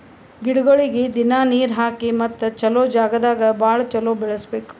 ಗಿಡಗೊಳಿಗ್ ದಿನ್ನಾ ನೀರ್ ಹಾಕಿ ಮತ್ತ ಚಲೋ ಜಾಗ್ ದಾಗ್ ಭಾಳ ಚಲೋ ಬೆಳಸಬೇಕು